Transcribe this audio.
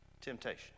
temptation